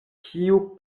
kiu